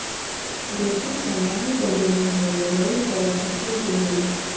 जइसन समान क बीमा होला वही तरह फसल के होला